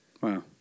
Wow